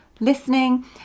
Listening